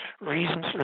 reasons